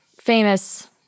famous